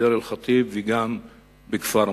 בדיר-אל-חטב וגם בכפר מע'אר.